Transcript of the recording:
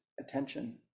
attention